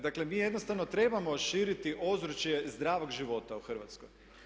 Dakle mi jednostavno trebamo širiti ozračje zdravog života u Hrvatskoj.